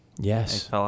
Yes